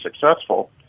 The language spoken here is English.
successful